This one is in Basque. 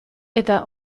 eta